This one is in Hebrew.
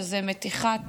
שזה מתיחת